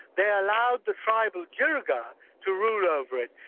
they allowed the tribal jirga to rule over it,